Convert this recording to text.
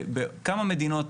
ובכמה מדינות,